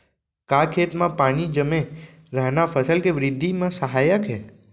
का खेत म पानी जमे रहना फसल के वृद्धि म सहायक हे?